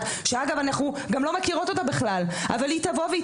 - שאגב אנחנו גם לא מכירות אותה בכלל - אבל היא תבוא והיא